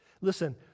Listen